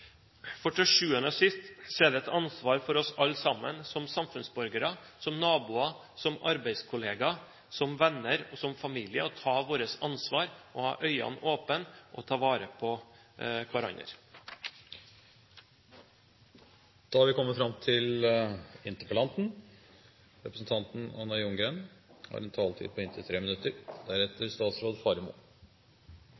en. Til syvende og sist er det et ansvar for oss alle sammen, som samfunnsborgere, som naboer, som arbeidskollegaer, som venner og familie å ta vårt ansvar, ha øynene åpne og ta vare på hverandre. Jeg vil takke for en veldig god og bred debatt der så å si alle de politiske partiene på